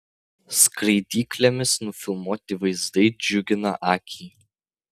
skraidyklėmis nufilmuoti vaizdai džiugina akį